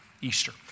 Easter